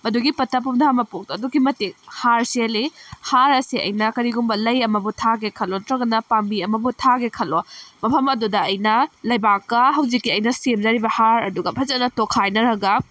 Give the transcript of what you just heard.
ꯃꯗꯨꯒꯤ ꯄꯠꯊ ꯄꯨꯝꯊ ꯍꯟꯕ ꯄꯣꯠꯇꯣ ꯑꯗꯨꯛꯀꯤ ꯃꯇꯤꯛ ꯍꯥꯔ ꯆꯦꯜꯂꯤ ꯍꯥꯔ ꯑꯁꯤ ꯑꯩꯅ ꯀꯔꯤꯒꯨꯝꯕ ꯂꯩ ꯑꯃꯕꯨ ꯊꯥꯒꯦ ꯈꯜꯂꯣ ꯅꯠꯇ꯭ꯔꯒꯅ ꯄꯥꯝꯕꯤ ꯑꯃꯕꯨ ꯊꯥꯒꯦ ꯈꯜꯂꯣ ꯃꯐꯝ ꯑꯗꯨꯗ ꯑꯩꯅ ꯂꯩꯕꯥꯛꯀ ꯍꯧꯖꯤꯛꯀꯤ ꯑꯩꯅ ꯁꯦꯝꯖꯔꯤꯕ ꯍꯥꯔ ꯑꯗꯨꯒ ꯐꯖꯅ ꯇꯣꯠꯈꯥꯏꯅꯔꯒ